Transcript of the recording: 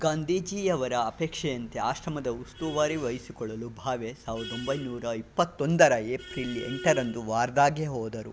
ಗಾಂಧೀಜಿಯವರ ಅಪೇಕ್ಷೆಯಂತೆ ಆಶ್ರಮದ ಉಸ್ತುವಾರಿ ವಹಿಸಿಕೊಳ್ಳಲು ಭಾವೆ ಸಾವಿರದ ಒಂಬೈನೂರ ಇಪ್ಪತ್ತೊಂದರ ಏಪ್ರಿಲ್ ಎಂಟರಂದು ವಾರ್ಧಾಗೆ ಹೋದರು